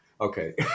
Okay